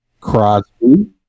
Crosby